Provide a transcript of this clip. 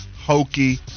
hokey